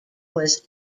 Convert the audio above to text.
was